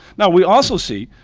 yeah we also see,